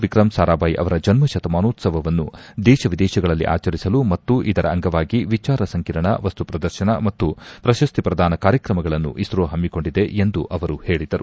Vikram Sarabhai ಅವರ ಜನ್ನಶತಮಾನೋತ್ಸವವನ್ನು ದೇಶ ವಿದೇಶಗಳಲ್ಲಿ ಆಚರಿಸಲು ಮತ್ತು ಇದರ ಅಂಗವಾಗಿ ವಿಚಾರ ಸಂಕಿರಣ ವಸ್ತು ಪ್ರದರ್ಶನ ಮತ್ತು ಪ್ರಶಸ್ತಿ ಪ್ರದಾನ ಕಾರ್ಯಕ್ರಮಗಳನ್ನು ಇಸ್ತೊ ಹಮ್ಮಿಕೊಂಡಿದೆ ಎಂದು ಅವರು ಹೇಳಿದರು